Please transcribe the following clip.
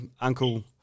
Uncle